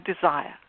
desire